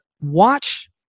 watch